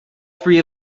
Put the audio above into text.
three